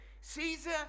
Caesar